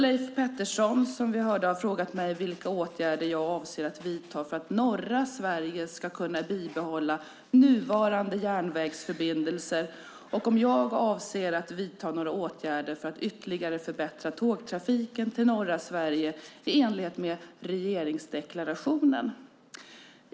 Leif Pettersson har frågat mig vilka åtgärder jag avser att vidta för att norra Sverige ska kunna bibehålla nuvarande järnvägsförbindelser och om jag avser att vidta några åtgärder för att ytterligare förbättra tågtrafiken till norra Sverige i enlighet med regeringsdeklarationen.